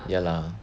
ya lah